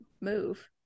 move